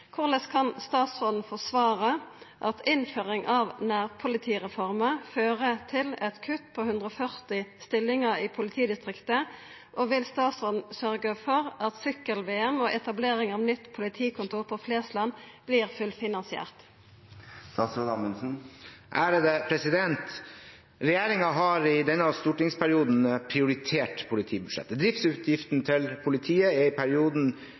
Korleis kan statsråden forsvare at innføring av nærpolitireforma fører til eit kutt på 140 stillingar i politidistriktet, og vil statsråden syte for at sykkel-VM og etablering av nytt politikontor på Flesland blir fullfinansiert?» Regjeringen har i denne stortingsperioden prioritert politibudsjettet. Driftsutgiftene til politiet etter denne regjeringens overtakelse er i perioden